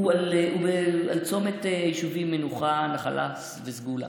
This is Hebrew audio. הוא על צומת היישובים מנוחה, נחלה וסגולה.